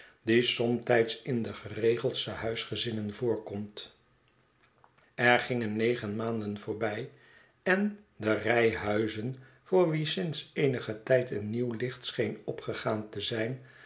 die somtijds in de geregeldste huisgezinnen voorkomt er gingen negen maanden voorbij en de rij huizen voor wie sinds eenigen tijd een nieuw licht scheen opgegaan te zijn